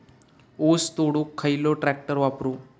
ऊस तोडुक खयलो ट्रॅक्टर वापरू?